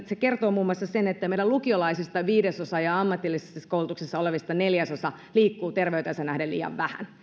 se kertoo muun muassa sen että meidän lukiolaisista viidesosa ja ammatillisessa koulutuksessa olevista neljäsosa liikkuu terveyteensä nähden liian vähän